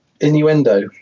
innuendo